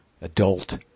adult